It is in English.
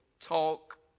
talk